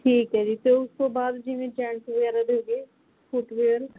ਠੀਕ ਹੈ ਜੀ ਅਤੇ ਉਸ ਤੋਂ ਬਾਅਦ ਜਿਵੇਂ ਜੈਂਟਸ ਵਗੈਰਾ ਦੇ ਹੋ ਗਏ ਫੁੱਟਵੇਅਰ